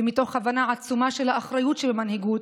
ומתוך הבנה עצומה של האחריות שבמנהיגות,